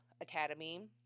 Academy